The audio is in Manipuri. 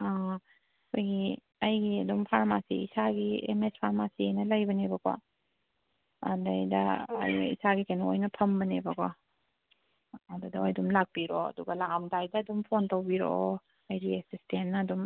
ꯑꯩꯈꯣꯏꯒꯤ ꯑꯩꯒꯤ ꯑꯗꯨꯝ ꯐꯥꯔꯃꯥꯁꯤ ꯏꯁꯥꯒꯤ ꯑꯦꯝ ꯑꯦꯁ ꯐꯥꯔꯃꯥꯁꯤꯅ ꯂꯩꯕꯅꯦꯕꯀꯣ ꯑꯗꯨꯗ ꯑꯩ ꯏꯁꯥꯒꯤ ꯀꯩꯅꯣ ꯑꯣꯏꯅ ꯐꯝꯕꯅꯦꯕꯀꯣ ꯑꯗꯨꯗ ꯑꯣꯏꯅ ꯑꯗꯨꯝ ꯂꯥꯛꯄꯤꯔꯣ ꯑꯗꯨꯒ ꯂꯥꯛꯑꯝꯗꯥꯏꯗ ꯑꯗꯨꯝ ꯐꯣꯟ ꯇꯧꯕꯤꯔꯛꯑꯣ ꯑꯩꯒꯤ ꯑꯦꯁꯤꯁꯇꯦꯟꯅ ꯑꯗꯨꯝ